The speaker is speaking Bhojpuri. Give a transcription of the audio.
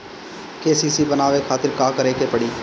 के.सी.सी बनवावे खातिर का करे के पड़ी?